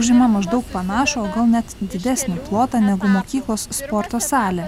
užima maždaug panašų o gal net didesnį plotą negu mokyklos sporto salė